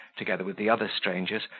together with the other strangers,